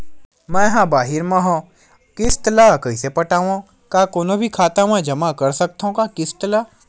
मैं हा बाहिर मा हाव आऊ किस्त ला कइसे पटावव, का कोनो भी शाखा मा जमा कर सकथव का किस्त ला?